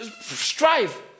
strive